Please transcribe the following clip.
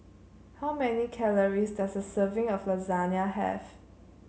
how many calories does a serving of Lasagna have